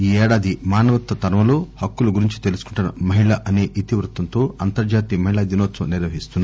ఈ ఏడాది సమానత్వ తరంలో పాక్కులు గురించి తెలుసుకుంటున్న మహిళ అసే ఇతివృత్తంతో అంతర్లాతీయ మహిళా దినోత్పవం నిర్వహిస్తున్నారు